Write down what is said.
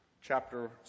chapter